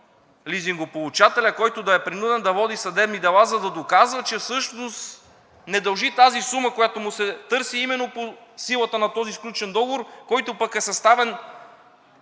лизингополучателят, който да е принуден да води съдебни дела, за да доказва, че всъщност не дължи тази сума, която му се търси именно по силата на този сключен договор, който пък е съставен